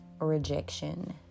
rejection